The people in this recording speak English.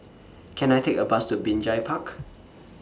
Can I Take A Bus to Binjai Park